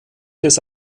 des